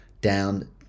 down